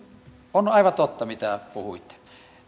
on aivan totta mitä puhuitte